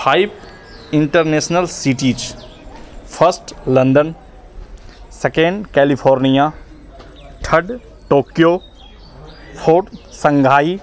five international cities first London second कैलीफ़ोर्निया ठड Tokyo fog Shanghai